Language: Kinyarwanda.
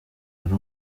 ari